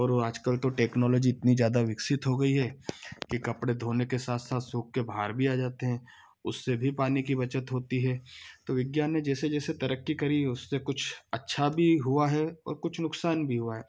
और आजकल तो टेक्नोलॉजी इतनी ज़्यादा विकसित हो गई है कि कपड़े धोने के साथ साथ सुख के बाहर भी आ जाते हैं उससे भी पानी की बचत होती है तो विज्ञान ने जैसे जैसे तरक्की करी उससे कुछ अच्छा भी हुआ है और कुछ नुकसान भी हुआ है